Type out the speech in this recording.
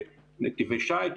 איפה עוברים נתיבי שיט,